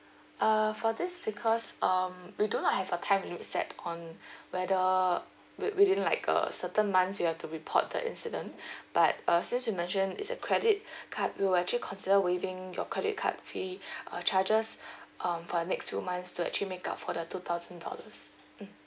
uh for this because um we do not have a time limit set on whether with~ within like a certain months you have to report the incident but uh since you mentioned it's a credit card we will actually consider waiving your credit card fee uh charges um for the next two months to actually make up for the two thousand dollars mm